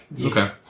Okay